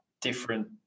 different